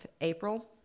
April